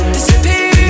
Disappear